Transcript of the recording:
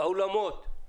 האולמות,